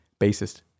bassist